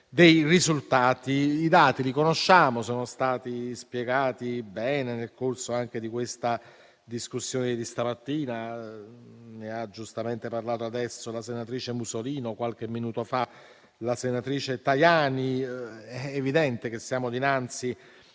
dei risultati. I dati li conosciamo, sono stati spiegati bene nel corso della discussione di stamattina. Ne hanno parlato adesso la senatrice Musolino e qualche minuto fa la senatrice Tajani. È evidente che siamo dinanzi